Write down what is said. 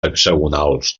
hexagonals